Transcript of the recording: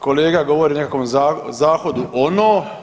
Kolega govori o nekakvom zahodu ono.